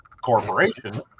corporation